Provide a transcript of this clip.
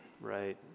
Right